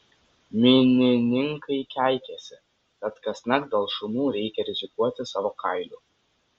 minininkai keikiasi kad kasnakt dėl šunų reikia rizikuoti savo kailiu